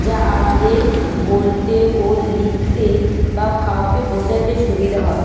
যা আমাদের বলতে ও লিখতে বা কাউকে বোঝাতে সুবিধা হয়